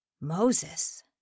Moses